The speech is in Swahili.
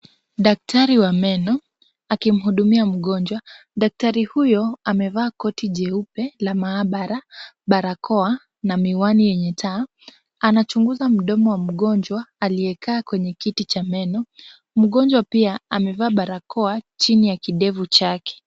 Daktari wa meno, akimhudumia mgonjwa. Daktari huyo amevaa koti jeupe la maabara, barakoa na miwani yenye taa. Anachunguza mdomo wa mgonjwa aliyekaa kwenye kiti cha meno. Mgonjwa pia amevaa barakoa chini ya kidevu chake.